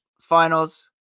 finals